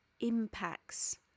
impacts